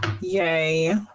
yay